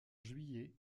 juillet